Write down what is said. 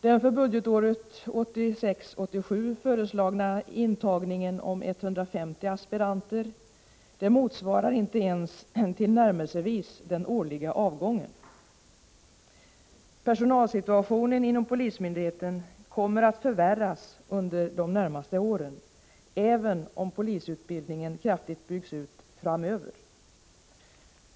Den för budgetåret 1986/87 föreslagna intagningen om 150 aspiranter motsvarar inte ens tillnärmelsevis den årliga avgången. Personalsituationen inom polisorganisationen kommer att förvärras under de närmaste åren, även om polisutbildningen kraftigt byggs ut framöver.